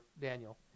Daniel